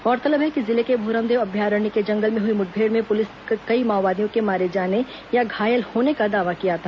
गौरतलब है कि जिले के भोरमदेव अभयारण्य के जंगल में हुई मुठभेड़ में पुलिस ने कई माओवादियों के मारे जाने या घायल होने का दावा किया था